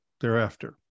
thereafter